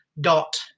Dot